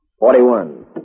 Forty-one